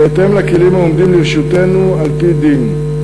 בהתאם לכלים העומדים לרשותנו על-פי דין.